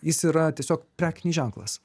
jis yra tiesiog prekinis ženklas